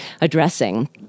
addressing